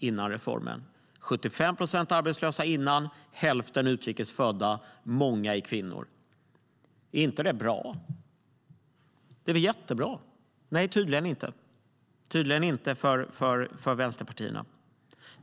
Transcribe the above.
Många av de anställda är också kvinnor. Är inte det bra? Det är väl jättebra? Nej, tydligen inte för vänsterpartierna.